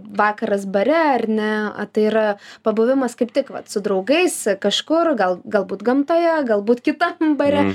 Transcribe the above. vakaras bare ar ne tai yra pabuvimas kaip tik vat su draugais kažkur gal galbūt gamtoje galbūt kitam bare